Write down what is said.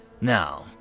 Now